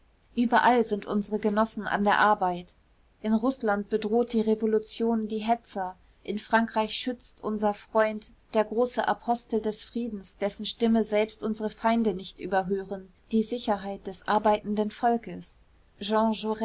überall sind unsere genossen an der arbeit in rußland bedroht die revolution die hetzer in frankreich schützt unser freund der größte apostel des friedens dessen stimme selbst unsere feinde nicht überhören die sicherheit des arbeitenden volkes